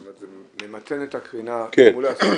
זאת אומרת, זה ממתן את הקרינה אם הוא לא ישים.